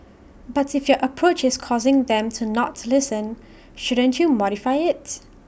but if your approach is causing them to not listen shouldn't you modify IT